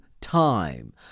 time